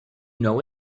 know